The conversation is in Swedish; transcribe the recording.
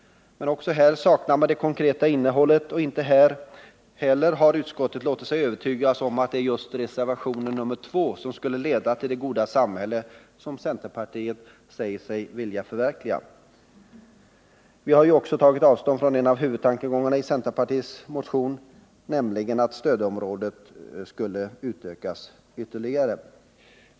Men också här saknar man det konkreta innehållet, och inte heller här har utskottet låtit sig övertygas om att det är just reservationen 2 som skulle leda till det goda samhälle som centerpartiet säger sig vilja förverkliga. Vi har också tagit avstånd från en av huvudtankegångarna i centerpartiets motion, nämligen att stödområdet skulle utökas ytterligare.